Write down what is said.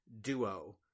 duo